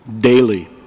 Daily